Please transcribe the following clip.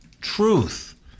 truth